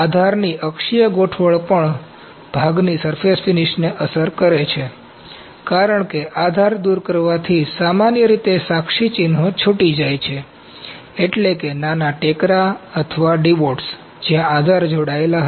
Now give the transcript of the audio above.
આધારની અક્ષીય ગોઠવણ પણ ભાગની સરફેસ ફિનિશને અસર કરે છે કારણ કે આધાર દૂર કરવાથી સામાન્ય રીતે સાક્ષી ચિહ્નો છૂટી જાય છે એટલે કે નાના ટેકરા અથવા ડિવોટ્સ જ્યા આધાર જોડાયેલા હતા